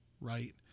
right